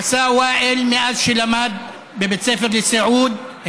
עשה ואאל מאז שלמד בבית ספר לסיעוד,